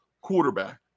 quarterback